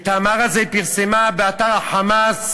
ואת המאמר הזה היא פרסמה באתר ה"חמאס",